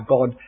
God